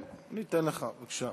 כן, אני אתן לך, בבקשה.